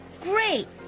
Great